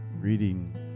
Reading